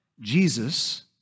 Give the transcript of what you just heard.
Jesus